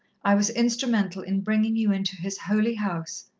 i was instrumental in bringing you into his holy house.